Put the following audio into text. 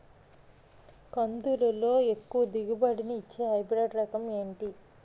కందుల లో ఎక్కువ దిగుబడి ని ఇచ్చే హైబ్రిడ్ రకం ఏంటి?